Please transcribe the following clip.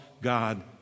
God